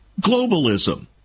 Globalism